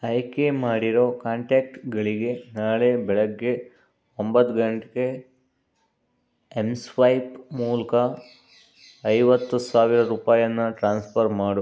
ಆಯ್ಕೆ ಮಾಡಿರೋ ಕಾಂಟ್ಯಾಕ್ಟ್ಗಳಿಗೆ ನಾಳೆ ಬೆಳಿಗ್ಗೆ ಒಂಬತ್ತು ಗಂಟೆಗೆ ಎಂಸ್ವೈಪ್ ಮೂಲಕ ಐವತ್ತು ಸಾವಿರ ರೂಪಾಯನ್ನು ಟ್ರಾನ್ಸ್ಫ಼ರ್ ಮಾಡು